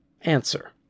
Answer